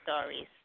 stories